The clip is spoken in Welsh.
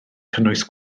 cynnwys